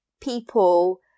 people